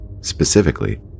Specifically